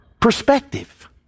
Perspective